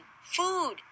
food